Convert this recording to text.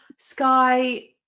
Sky